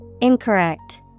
Incorrect